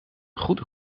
goede